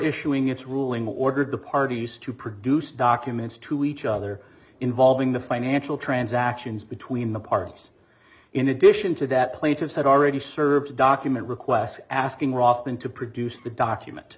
issuing its ruling ordered the parties to produce documents to each other involving the financial transactions between the parties in addition to that plaintiffs had already served document requests asking robin to produce the document